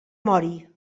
mori